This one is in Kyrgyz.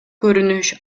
көрүнүш